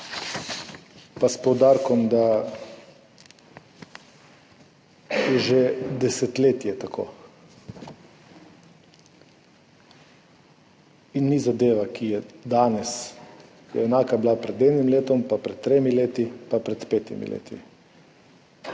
s poudarkom, daje že desetletje tako in ni zadeva, ki je od danes, enaka je bila pred enim letom, pa pred tremi leti, pa pred petimi leti.